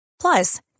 Plus